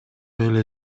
эле